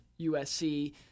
USC